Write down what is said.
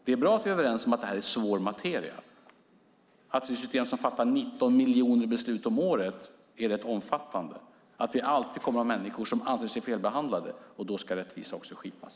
Det är bra att vi är överens om att det här är svår materia, att det system där det fattas 19 miljoner beslut om året är rätt omfattande och att vi alltid kommer att ha människor som anser sig felbehandlade. Då ska rättvisa också skipas.